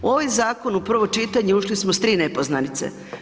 U ovaj zakon u prvo čitanje ušli smo s 3 nepoznanice.